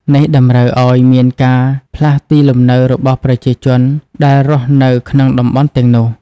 នេះតម្រូវឱ្យមានការផ្លាស់ទីលំនៅរបស់ប្រជាជន ដែលរស់នៅក្នុងតំបន់ទាំងនោះ។